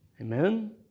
Amen